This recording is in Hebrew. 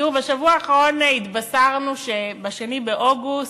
תראו, בשבוע האחרון התבשרנו שב-2 באוגוסט,